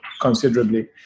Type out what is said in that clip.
considerably